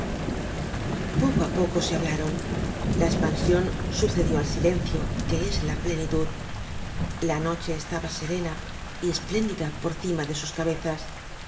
poco á poco se hablaron la espansion sucedió al silencio que es la plenitud la noche estaba serena y espléndida por cima de sus cabezas